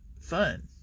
Fun